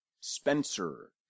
Spencer